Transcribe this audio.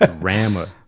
Drama